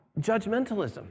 judgmentalism